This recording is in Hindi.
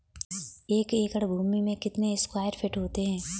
एक एकड़ भूमि में कितने स्क्वायर फिट होते हैं?